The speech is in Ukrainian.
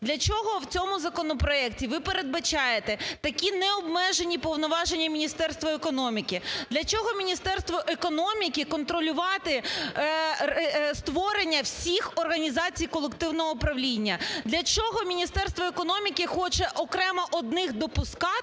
для чого в цьому законопроекті ви передбачаєте такі не обмежені повноваження Міністерству економіки? Для чого Міністерству економіки контролювати створення всіх організацій колективного управління? Для чого Міністерство економіки хоче окремо одних допускати